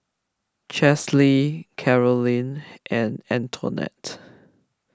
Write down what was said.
Chesley Carolin and Antonette